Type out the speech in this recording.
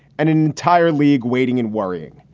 an entire league waiting and worrying.